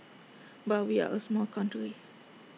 but we are A small country